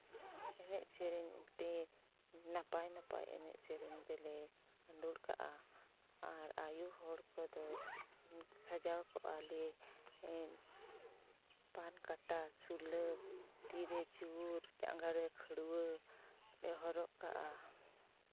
ᱮᱱᱮᱡ ᱥᱮᱨᱮᱧ ᱛᱮ ᱱᱟᱯᱟᱭ ᱱᱟᱯᱟᱭ ᱮᱱᱮᱡ ᱥᱮᱨᱮᱧ ᱛᱮᱞᱮ ᱟᱸᱫᱳᱲ ᱠᱟᱜᱼᱟ ᱟᱨ ᱟᱭᱳ ᱦᱚᱲ ᱠᱚᱫᱚ ᱥᱟᱡᱟᱣ ᱠᱚᱜᱼᱟ ᱞᱮ ᱯᱟᱱᱠᱟᱴᱟ ᱥᱩᱞᱟᱹᱠ ᱛᱤᱨᱮ ᱪᱩᱲ ᱡᱟᱸᱝᱜᱟ ᱨᱮ ᱠᱷᱟᱹᱲᱣᱟᱹ ᱞᱮ ᱦᱚᱨᱚᱜ ᱠᱟᱜᱼᱟ